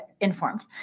informed